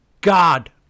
god